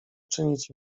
czynić